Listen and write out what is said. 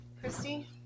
Christy